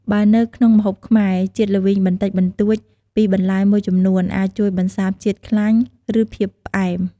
បើនៅក្នុងម្ហូបខ្មែរ ជាតិល្វីងបន្តិចបន្តួចពីបន្លែមួយចំនួន អាចជួយបន្សាបជាតិខ្លាញ់ ឬភាពផ្អែម។